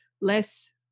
less